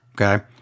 okay